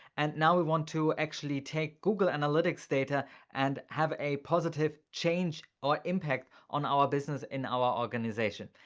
and now we want to actually take google analytics data and have a positive change or impact on our business, in our organization.